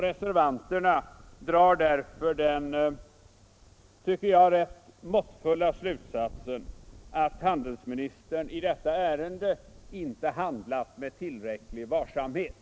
Reservanterna drar därför den som jag tycker rätt måttfulla slutsatsen att handelsministern i detta ärende ej handlat med tillräcklig varsamhet.